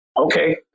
okay